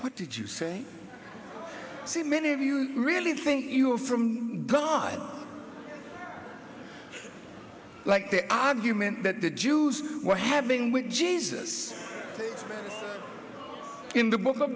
what did you say see many of you really think you are from god like the argument that the jews were having with jesus in the book of